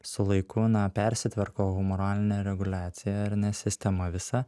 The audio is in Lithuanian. su laiku na persitvarko humoralinė reguliacija ar ne sistema visa